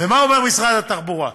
ומה אומר משרד התחבורה,